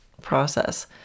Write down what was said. process